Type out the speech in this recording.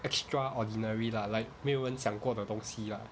extra ordinary lah like 没有人想过的东西 lah